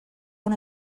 una